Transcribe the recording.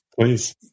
please